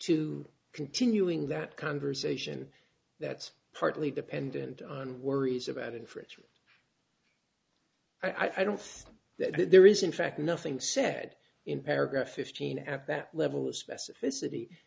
to continuing that conversation that's partly dependent on worries about infringement i don't think that there is in fact nothing said in paragraph fifteen at that level of specificity